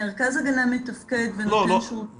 מרכז ההגנה מתפקד ונותן שירות --- לא,